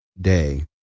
day